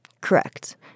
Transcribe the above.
Correct